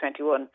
2021